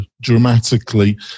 dramatically